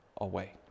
away